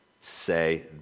say